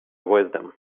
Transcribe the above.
wisdom